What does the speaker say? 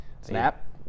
Snap